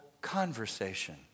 conversation